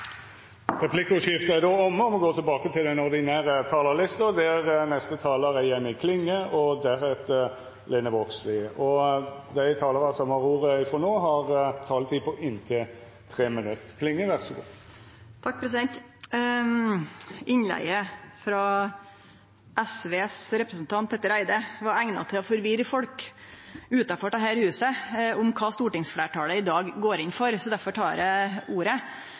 er då omme. Dei talarane som heretter får ordet, har ei taletid på inntil 3 minutt. Innlegget frå SVs representant Petter Eide var eigna til å forvirre folk utanfor dette huset om kva stortingsfleirtalet i dag går inn for. Derfor tek eg ordet.